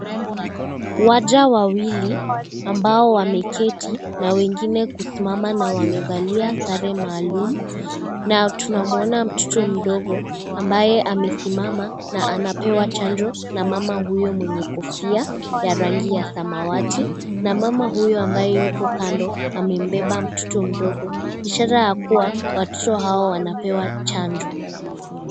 Waja wawili ambao wameketi na wengine kusimama na wamevalia sare maalum, na tunamuona mtoto mdogo ambaye amesimama na anapewa chanjo na mama huyo mwenye kofia ya rangi ya samawati, na mama huyo ambaye yupo kando amembeba mtoto mdogo ishara ya kuwa watoto hao wanapewa chanjo.